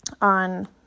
on